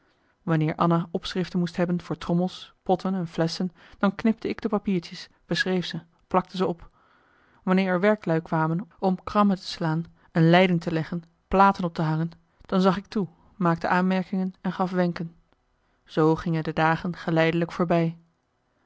wanneer anna opschriften moest hebben voor trommels potten en flesschen dan knipte ik de papiertjes beschreef ze plakte ze op wanneer er werklui kwamen om krammen te slaan een leiding te leggen platen op te hangen dan zag ik toe maakte aanmerkingen en gaf wenken zoo gingen de dagen geleidelijk voorbij